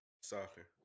soccer